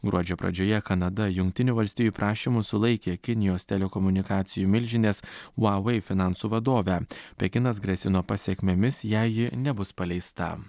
gruodžio pradžioje kanada jungtinių valstijų prašymu sulaikė kinijos telekomunikacijų milžinės vavai finansų vadovę pekinas grasino pasekmėmis jei ji nebus paleista